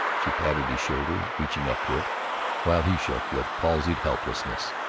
she patted his shoulder reaching up to it while he shook with palsied helplessness,